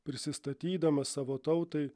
prisistatydamas savo tautai